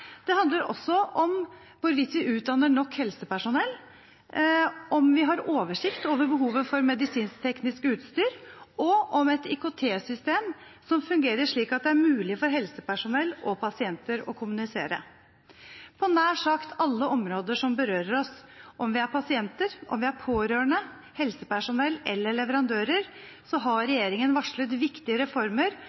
det handler også om hvorvidt vi utdanner nok helsepersonell, om vi har oversikt over behovet for medisinskteknisk utstyr, og om et IKT-system som fungerer slik at det er mulig for helsepersonell og pasienter å kommunisere. På nær sagt alle områder som berører oss – om vi er pasienter, om vi er pårørende, helsepersonell eller leverandører – har regjeringen varslet viktige reformer